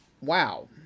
wow